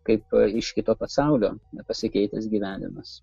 kaip iš kito pasaulio pasikeitęs gyvenimas